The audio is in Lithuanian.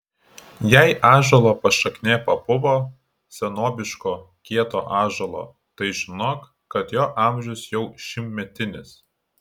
jei ąžuolo pašaknė papuvo senobiško kieto ąžuolo tai žinok kad jo amžius jau šimtmetinis